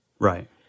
Right